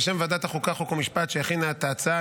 בשם ועדת החוקה חוק ומשפט שהכינה את ההצעה,